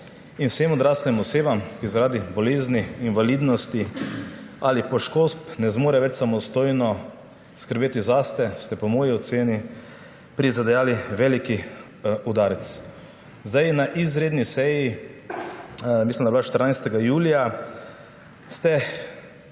in vsem odraslim osebam, ki zaradi bolezni, invalidnosti ali poškodb ne zmorejo več samostojno skrbeti za sebe, ste po moji oceni prizadejali velik udarec. Na izredni seji, mislim, da je bila 14. julija, ste